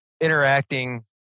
interacting